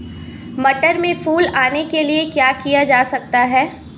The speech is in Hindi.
मटर में फूल आने के लिए क्या किया जा सकता है?